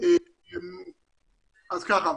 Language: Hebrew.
אז ככה,